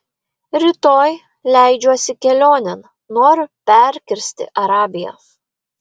rytoj leidžiuosi kelionėn noriu perkirsti arabiją